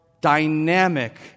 dynamic